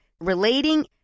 relating